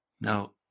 Now